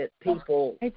people